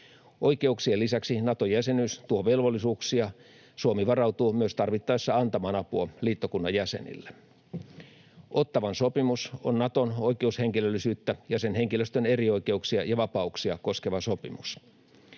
Oikeuksien lisäksi Naton jäsenyys tuo velvollisuuksia. Suomi varautuu myös tarvittaessa antamaan apua liittokunnan jäsenille. Ottawan sopimus on Naton oikeushenkilöllisyyttä ja sen henkilöstön erioikeuksia ja vapauksia koskeva sopimus.